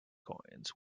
coins